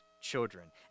children